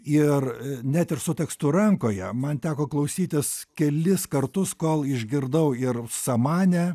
ir net ir su tekstu rankoje man teko klausytis kelis kartus kol išgirdau ir samanę